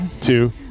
two